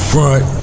Front